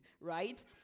right